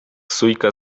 sójka